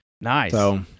Nice